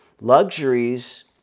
Luxuries